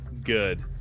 good